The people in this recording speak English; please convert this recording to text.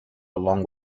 along